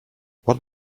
what